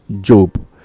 job